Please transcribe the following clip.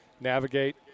navigate